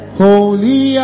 holy